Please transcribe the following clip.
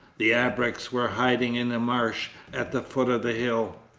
the abreks were hiding in a marsh at the foot of the hill.